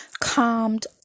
calmed